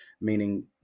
meaning